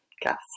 Gas